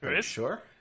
Sure